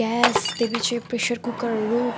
gas त्योपछि pressure कुकरहरू